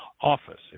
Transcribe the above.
office